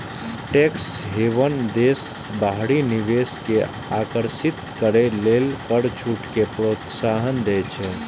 tax haven देश बाहरी निवेश कें आकर्षित करै लेल कर छूट कें प्रोत्साहन दै छै